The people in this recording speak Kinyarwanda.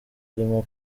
arimo